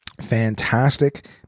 fantastic